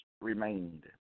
remained